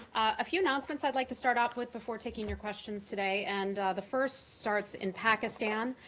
a few announcements i'd like to start off with before taking your questions today, and the first starts in pakistan,